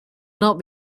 not